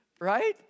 Right